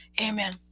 Amen